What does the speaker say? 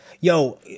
Yo